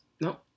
No